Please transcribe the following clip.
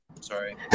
Sorry